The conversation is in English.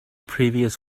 previous